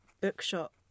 bookshop